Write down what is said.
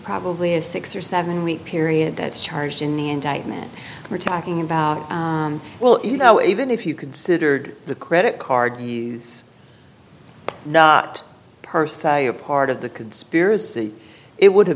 probably a six or seven week period that's charged in the indictment we're talking about well you know even if you could sigurd the credit card use not per se a part of the conspiracy it would